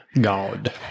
God